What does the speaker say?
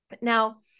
Now